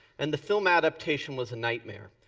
and the film adaptation was a nightmare.